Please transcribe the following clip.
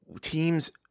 teams